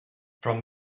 from